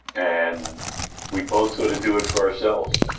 and we both sort of do it for ourselves.